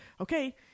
okay